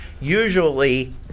usually